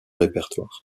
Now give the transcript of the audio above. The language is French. répertoire